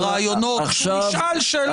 הוא נשאל שאלות קונקרטיות,